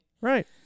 Right